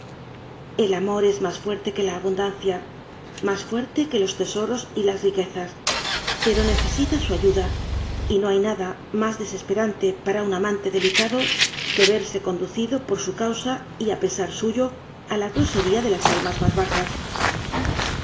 el amor es más fuerte que la abundancia más fuerte que los tesoros y las riquezas pero necesita su ayu da y no hay nada más desesperante para un amante delicado que verse conducido por su cau sa y a pesar suyo a la grosería de las almas más bajas